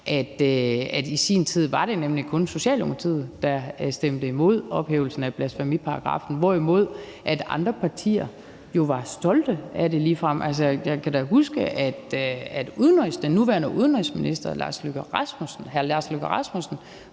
det i sin tid kun var Socialdemokratiet, der stemte imod ophævelsen af blasfemiparagraffen, hvorimod andre partier jo ligefrem var stolte af den. Altså, jeg kan da huske, at den nuværende udenrigsminister, hr. Lars Løkke Rasmussen,